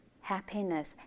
happiness